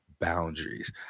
boundaries